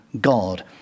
God